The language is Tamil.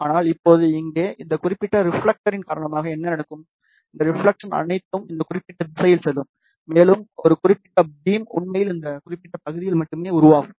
ஆனால் இப்போது இங்கே இந்த குறிப்பிட்ட ரிப்ஃலெக்டரின் காரணமாக என்ன நடக்கும் இந்த ரிப்ஃலெக்சன் அனைத்தும் இந்த குறிப்பிட்ட திசையில் செல்லும் மேலும் ஒரு குறிப்பிட்ட பீம் உண்மையில் இந்த குறிப்பிட்ட பகுதியில் மட்டுமே உருவாகும்